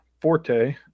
forte